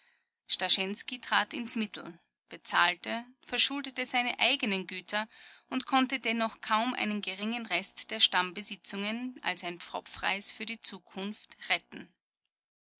trat ins mittel bezahlte verschuldete seine eigenen güter und konnte dennoch kaum einen geringen rest der stamm besitzungen als ein pfropfreis für die zukunft retten